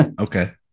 okay